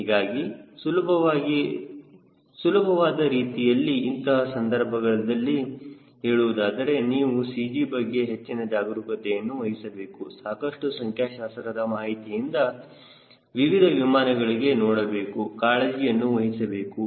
ಹೀಗಾಗಿ ಸುಲಭವಾದ ರೀತಿಯಲ್ಲಿ ಇಂತಹ ಸಂದರ್ಭದಲ್ಲಿ ಹೇಳುವುದಾದರೆ ನೀವು CG ಬಗ್ಗೆ ಹೆಚ್ಚಿನ ಜಾಗರೂಕತೆಯನ್ನು ವಹಿಸಬೇಕು ಸಾಕಷ್ಟು ಸಂಖ್ಯಾಶಾಸ್ತ್ರದ ಮಾಹಿತಿಯನ್ನು ವಿವಿಧ ವಿಮಾನಗಳಿಗೆ ನೋಡಬೇಕು ಕಾಳಜಿಯನ್ನು ವಹಿಸಬೇಕು